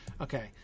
Okay